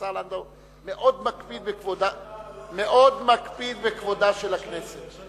השר לנדאו מאוד מקפיד בכבודה של הכנסת.